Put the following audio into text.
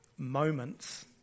Moments